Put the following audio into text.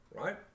Right